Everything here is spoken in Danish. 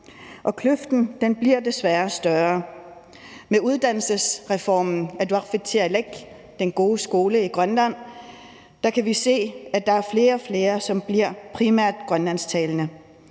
og kløften bliver desværre større. Med uddannelsesreformen atuarfitsialak, den gode skole i Grønland, kan vi se, at der er flere og flere, som bliver primært grønlandsktalende.